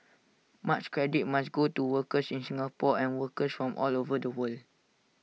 much credit must go to workers in Singapore and workers from all over the world